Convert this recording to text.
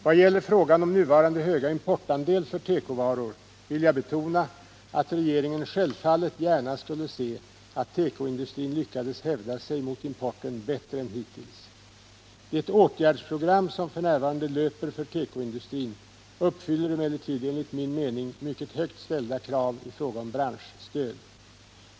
Vad gäller frågan om nuvarande höga importandel för tekovaror vill jag betona att regeringen självfallet gärna skulle se att tekoindustrin lyckades hävda sig mot importen bättre än hittills. Det åtgärdsprogram som f. n. löper för tekoindustrin uppfyller emellertid enligt min mening mycket högt ställda krav i fråga om branschstöd.